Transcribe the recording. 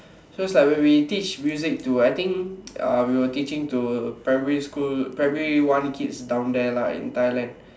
so it's like when we teach music to I think uh we were teaching to primary school primary one kids down there lah in Thailand